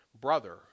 brother